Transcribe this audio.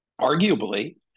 arguably